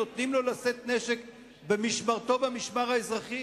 נותנים לו לשאת נשק במשמרתו במשמר האזרחי,